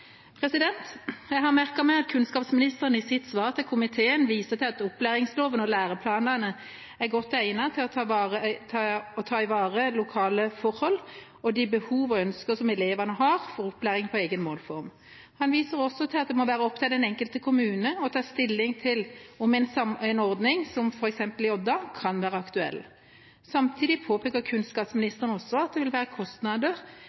Jeg har merket meg at kunnskapsministeren i sitt svar til komiteen viser til at opplæringsloven og læreplanene er godt egnet til å ivareta både lokale forhold og de behov og ønsker elevene har for opplæring på egen målform. Han viser også til at det må være opp til den enkelte kommune å ta stilling til om en ordning som f.eks. den i Odda kan være aktuell. Samtidig påpeker kunnskapsministeren også at det vil være ekstra kostnader